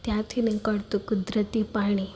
ત્યાંથી નીકળતું કુદરતી પાણી